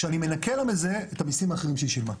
כשאני מנכה לה מזה את המסים האחרים שהיא שילמה.